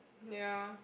ya